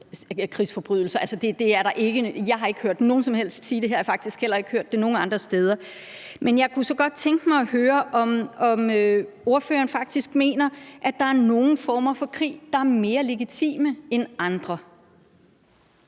jeg har ikke hørt nogen som helst sige andet nogen steder. Men jeg kunne så godt tænke mig at høre, om ordføreren faktisk mener, at der er nogen former for krig, der er mere legitime end andre.